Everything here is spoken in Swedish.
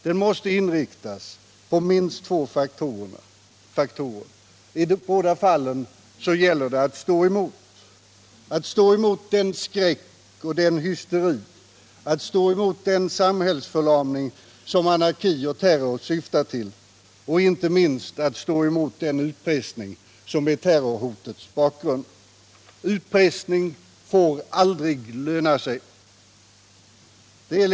Denna måste inriktas på minst två faktorer. I båda fallen gäller det att stå emot, att stå emot den skräck och hysteri och den samhällsförlamning som anarki och terror syftar till och inte minst att stå emot den utpressning som är terrorhotets bakgrund. Utpressning får aldrig löna sig.